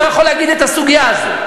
לא יכול להגיד את הסוגיה הזאת.